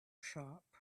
shop